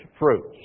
fruits